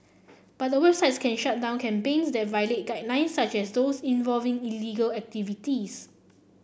but the websites can shut down campaigns that violate guidelines such as those involving illegal activities